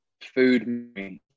food